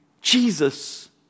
Jesus